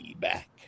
back